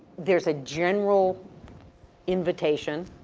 there's a general invitation